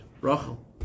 Rachel